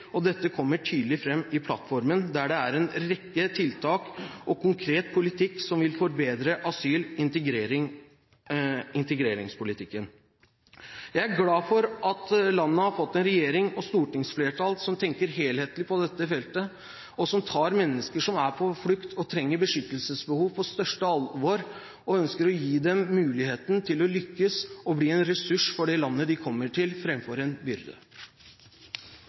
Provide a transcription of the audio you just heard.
Dette kommer tydelig fram i plattformen, der det er en rekke tiltak og konkret politikk som vil forbedre asyl- og integreringspolitikken. Jeg er glad for at landet har fått en regjering og et stortingsflertall som tenker helhetlig på dette feltet, og som tar mennesker som er på flukt og har et beskyttelsesbehov, på største alvor, og som ønsker å gi dem muligheten til å lykkes og bli en ressurs for det landet de kommer til, framfor en byrde.